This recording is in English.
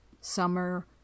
summer